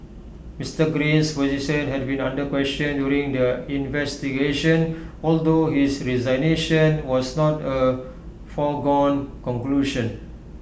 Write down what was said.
Mr Green's position had been under question during the investigation although his resignation was not A foregone conclusion